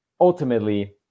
ultimately